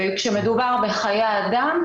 כשמדובר בחיי אדם,